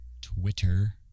Twitter